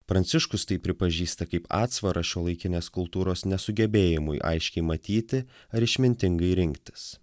pranciškus tai pripažįsta kaip atsvarą šiuolaikinės kultūros nesugebėjimui aiškiai matyti ar išmintingai rinktis